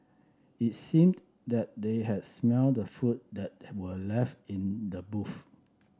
it seemed that they had smelt the food that were left in the booth